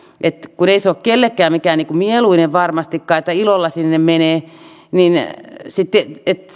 että kun ei se varmastikaan ole kellekään mikään mieluinen että ilolla sinne menee niin sitten